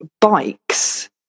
bikes